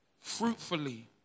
fruitfully